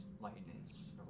lightness